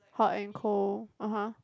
hot and cold (uh huh)